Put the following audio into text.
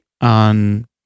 on